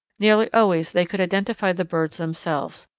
nearly always they could identify the birds themselves,